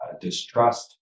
distrust